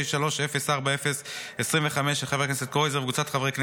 של חבר הכנסת ואטורי,